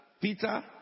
Peter